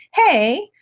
hey,